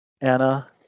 Anna